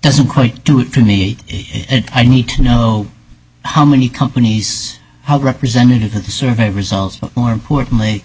doesn't quite do it for me i need to know how many companies how representative the survey results more importantly